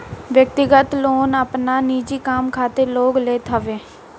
व्यक्तिगत लोन आपन निजी काम खातिर लोग लेत हवे